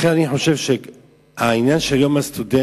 לכן אני חושב שבעניין של יום הסטודנט